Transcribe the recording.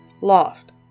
Loft